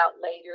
later